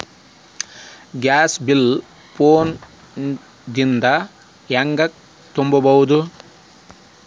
Gas bill phone ದಿಂದ ಹ್ಯಾಂಗ ತುಂಬುವುದು?